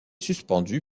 suspendu